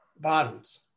bottoms